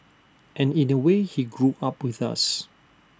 and in A way he grew up with us